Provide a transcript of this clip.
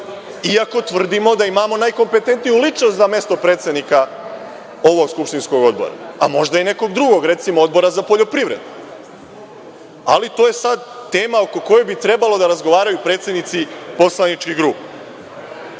iako tvrdimo da imamo najkompetentniju ličnost za mesto predsednika ovog skupštinskog odbora, a možda i nekog drugog, recimo, Odbora za poljoprivredu. Ali, to je sada tema oko koje bi trebalo da razgovaraju predsednici poslaničkih grupa. Druga